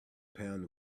pound